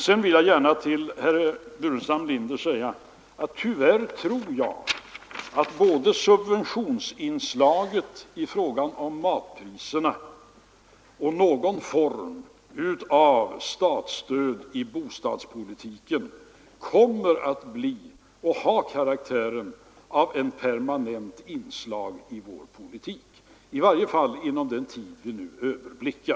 Jag vill till herr Burenstam Linder också gärna säga att jag tyvärr tror att både subventionerna av matpriserna och statsstödet till bostadspolitiken har karaktären av permanenta inslag i vår politik, i varje fall under den tid vi nu kan överblicka.